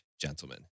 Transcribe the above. gentlemen